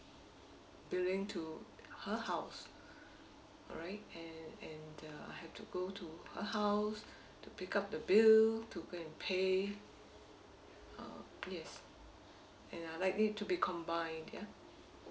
billing to her house alright and and uh I have to go to her house to pick up the bill to go and pay uh yes and I'd like it to be combined ya